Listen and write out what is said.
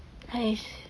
!hais!